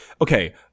okay